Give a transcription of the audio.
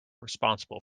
responsible